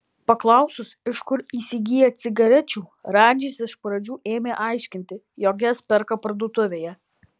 paklausus iš kur įsigyja cigarečių radžis iš pradžių ėmė aiškinti jog jas perka parduotuvėje